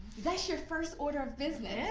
that is your first order of business.